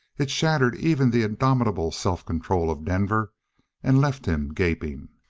it shattered even the indomitable self-control of denver and left him gaping.